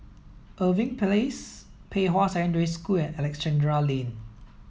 Irving Place Pei Hwa Secondary School and Alexandra Lane